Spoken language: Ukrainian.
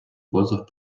позов